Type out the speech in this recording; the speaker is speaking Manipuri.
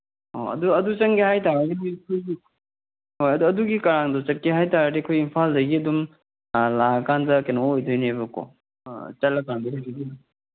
ꯑꯣ ꯑꯗꯨ ꯑꯗꯨ ꯆꯪꯒꯦ ꯍꯥꯏ ꯇꯥꯔꯒꯗꯤ ꯑꯩꯈꯣꯏꯒꯤ ꯍꯣꯏ ꯑꯗꯨ ꯑꯗꯨꯒꯤ ꯀꯔꯥꯡꯗꯣ ꯆꯠꯀꯦ ꯍꯥꯏ ꯇꯥꯔꯗꯤ ꯑꯩꯈꯣꯏ ꯏꯝꯐꯥꯜꯗꯒꯤ ꯑꯗꯨꯝ ꯂꯥꯛꯑꯀꯥꯟꯗ ꯀꯩꯅꯣ ꯑꯣꯏꯗꯣꯏꯅꯦꯕꯀꯣ ꯆꯠꯂꯀꯥꯟꯗ